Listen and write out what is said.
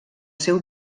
seu